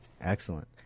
Excellent